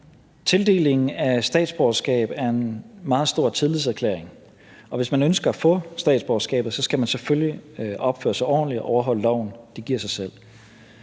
Tildelingen af statsborgerskab er en meget stor tillidserklæring, og hvis man ønsker at få statsborgerskabet, skal man selvfølgelig opføre sig ordentligt og overholde loven. Det giver sig selv.